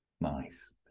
nice